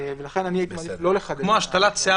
הדבר